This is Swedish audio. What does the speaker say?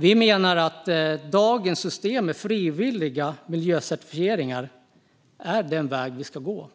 Vi menar att dagens system med frivilliga miljöcertifieringar är den väg vi ska gå.